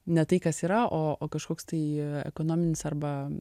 ne tai kas yra o o kažkoks tai ekonominis arba